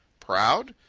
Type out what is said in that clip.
proud?